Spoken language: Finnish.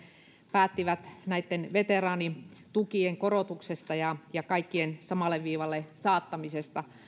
päättivät veteraanitukien korotuksesta ja ja kaikkien samalle viivalle saattamisesta